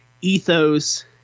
ethos